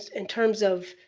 in terms of